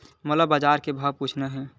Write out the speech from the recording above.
मोला बजार के भाव पूछना हे?